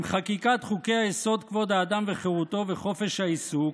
עם חקיקת חוק-יסוד: כבוד האדם וחירותו וחוק-יסוד: חופש העיסוק,